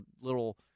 little